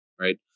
right